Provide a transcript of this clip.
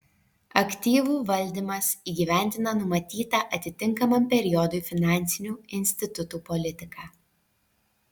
aktyvų valdymas įgyvendina numatytą atitinkamam periodui finansinių institutų politiką